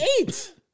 Eight